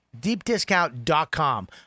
deepdiscount.com